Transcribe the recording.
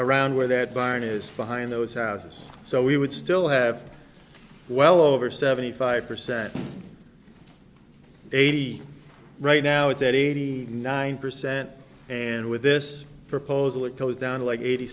around where that barn is behind those houses so we would still have well over seventy five percent eighty right now it's at eighty nine percent and with this proposal it goes down like eighty